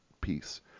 piece